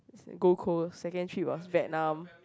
Gold-Coast second trip was Vietnam